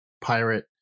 pirate